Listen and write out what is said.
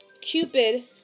Cupid